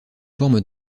forme